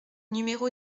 numéro